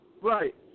Right